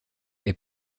est